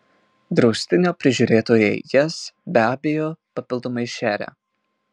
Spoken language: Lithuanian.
draustinio prižiūrėtojai jas be abejo papildomai šerią